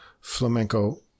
flamenco